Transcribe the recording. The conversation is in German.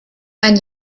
ein